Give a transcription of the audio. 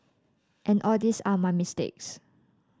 and all these are my mistakes